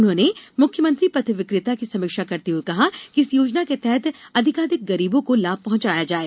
उन्होंने मुख्यमंत्री पथ विक्रेता की समीक्षा करते हुये कहा कि इस योजना के तहत अधिकाधिक गरीबों को लाभ पहुंचाया जायें